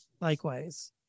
likewise